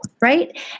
right